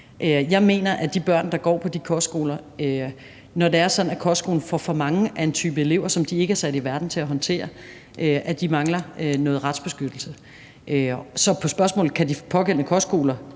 Jeg mener, at de børn, der går på de kostskoler, når det er sådan, at kostskolen får for mange af en type elever, som de ikke er sat i verden til at håndtere, mangler noget retsbeskyttelse. Så på spørgsmålet, om de pågældende kostskoler